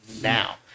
now